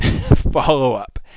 follow-up